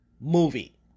movie